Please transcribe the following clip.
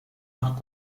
nach